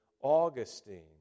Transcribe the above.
Augustine